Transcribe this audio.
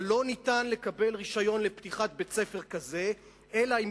אבל לא ניתן לקבל רשיון לפתיחת בית-ספר כזה אלא אם